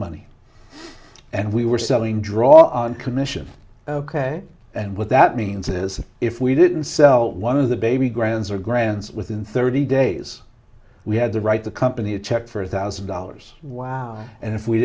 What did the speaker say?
money and we were selling draw on commission ok and what that means is if we didn't sell one of the baby grounds or grants within thirty days we had to write the company a check for a thousand dollars wow and if we